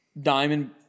diamond